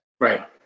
Right